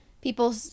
People